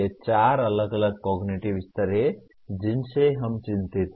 ये चार अलग अलग कॉगनिटिव स्तर हैं जिनसे हम चिंतित हैं